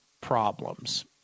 problems